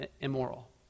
immoral